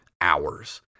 hours